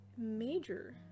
major